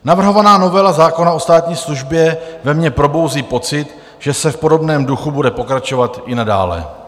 Navrhovaná novela zákona o státní službě ve mně probouzí pocit, že se v podobném duchu bude pokračovat i nadále.